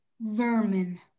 Vermin